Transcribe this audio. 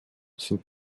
sind